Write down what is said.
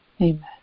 Amen